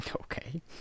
Okay